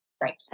Right